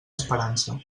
esperança